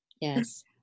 yes